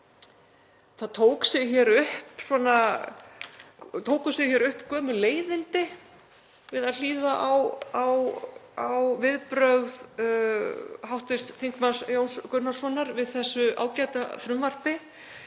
það tóku sig upp gömul leiðindi við að hlýða á viðbrögð hv. þm. Jóns Gunnarssonar við þessu ágæta frumvarpi